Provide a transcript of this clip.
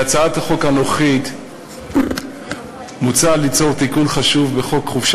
בהצעת החוק הנוכחית מוצע ליצור תיקון חשוב בחוק חופשה